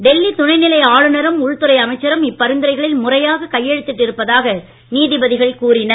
டெல்லி துணைநிலை அமைச்சரும் இப்பரிந்துரைகளில் முறையாகக் கையெழுத்திட்டு இருப்பதாக நீதிபதிகள் கூறினர்